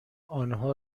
آنها